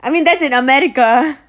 I mean that's in america